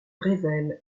révèle